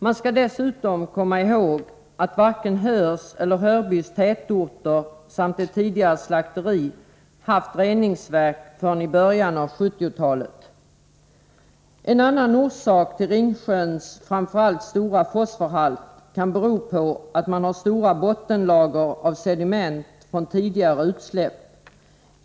Man skall dessutom komma ihåg att varken Höörs eller Hörbys tätorter eller ett tidigare slakteri haft reningsverk förrän i början av 1970-talet. En annan orsak till Ringsjöns framför allt stora fosforhalt kan vara att där finns stora bottenlager av sediment från tidigare utsläpp.